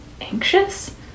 Anxious